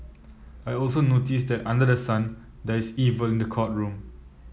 I also noticed that under the sun there is evil in the courtroom